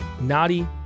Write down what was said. naughty